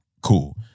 Cool